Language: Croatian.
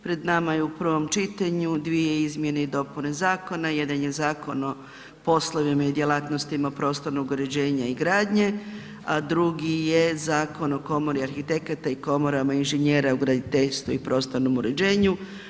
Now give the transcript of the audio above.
Pred nama je u prvom čitanju dvije izmjene i dopune zakona, jedan je Zakon o poslovima i djelatnostima prostornog uređenja i gradnje a drugi je Zakon o komori arhitekata i komorama inženjera u graditeljstvu i prostornom uređenju.